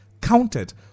counted